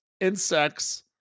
insects